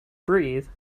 breathe